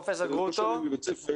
פרופ' גרוטו.